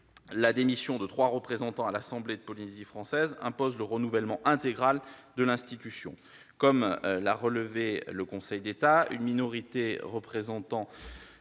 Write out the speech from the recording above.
la démission de trois représentants à l'assemblée de la Polynésie française impose le renouvellement intégral de l'institution. Comme l'a relevé le Conseil d'État, une minorité de représentants